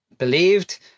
believed